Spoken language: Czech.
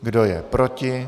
Kdo je proti?